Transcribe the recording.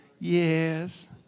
yes